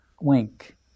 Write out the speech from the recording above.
wink